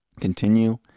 continue